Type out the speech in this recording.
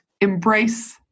Embrace